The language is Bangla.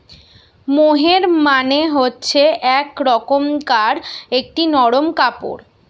মোহের মানে হচ্ছে এক রকমকার একটি নরম কাপড়